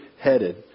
headed